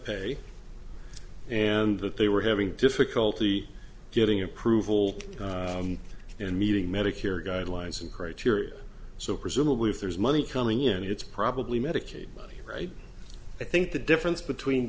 pay and that they were having difficulty getting approval and meeting medicare guidelines and criteria so presumably if there's money coming in it's probably medicaid money right i think the difference between